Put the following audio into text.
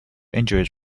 injuries